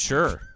Sure